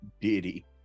Diddy